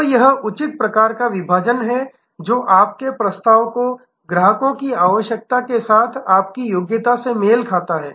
तो यह उचित प्रकार का विभाजन है जो आपके प्रस्ताव को ग्राहकों की आवश्यकताओं के साथ आपकी योग्यता से मेल खाता है